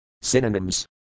Synonyms